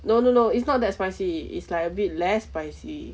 no no no it's not that spicy it's like a bit less spicy